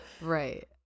Right